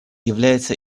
является